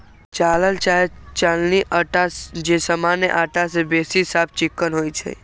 चालल चाहे चलानी अटा जे सामान्य अटा से बेशी साफ चिक्कन होइ छइ